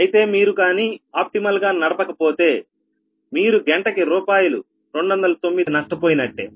అయితే మీరు కానీ ఆప్టిమల్ గా నడపకపోతే మీరు గంటకి రూ209 నష్టపోయినట్టే